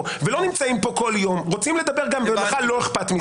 ולא נמצאים פה כל יום רוצים לדבר גם הם ולך לא אכפת מזה.